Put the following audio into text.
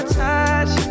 touch